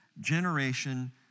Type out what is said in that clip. generation